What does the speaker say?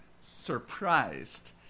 surprised